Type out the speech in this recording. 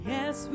Yes